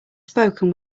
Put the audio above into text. spoken